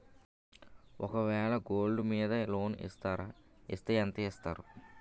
ఒక వేల గోల్డ్ మీద లోన్ ఇస్తారా? ఇస్తే ఎంత ఇస్తారు?